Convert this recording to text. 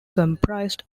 comprised